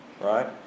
right